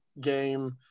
game